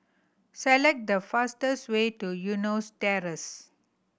select the fastest way to Eunos Terrace